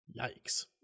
Yikes